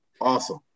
Awesome